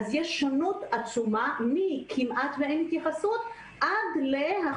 ואכן יש שונות עצומה ממצב בו כמעט ואין התייחסות עד למצב בו